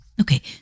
Okay